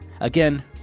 Again